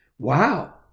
Wow